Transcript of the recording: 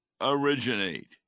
originate